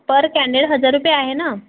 पर कँडेड हजार रुपये आहे ना